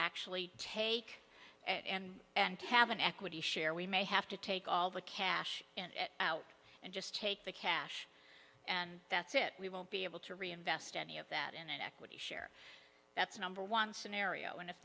actually take and and have an equity share we may have to take all the cash out and just take the cash and that's it we won't be able to reinvest any of that in an equity share that's number one scenario and if